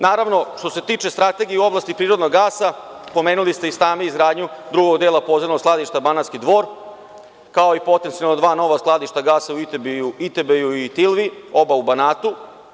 Naravno, što se tiče strategije u oblasti prirodnog gasa, pomenuli ste i sami izgradnju drugog dela podzemnog skladišta „Banatski dvor“, kao i potencijalno dva nova skladišta gasa Itebeju i Tilvi, oba u Banatu.